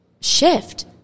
shift